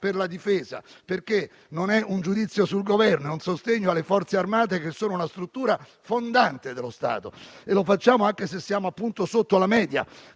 della difesa perché è non un giudizio sul Governo, ma un sostegno alle Forze armate, che sono una struttura fondante dello Stato. E lo facciamo anche se siamo sotto la media